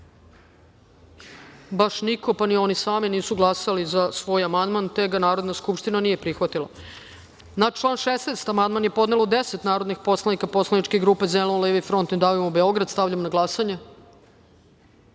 niko, pa ni oni sami nisu glasali za svoj amandman, te ga Narodna skupština nije prihvatila. Na član 16. amandman je podnelo deset narodnih poslanika poslaničke grupe Zeleno-levi front – Ne davimo Beograd. Stavljam na glasanje